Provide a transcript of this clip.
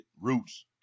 Roots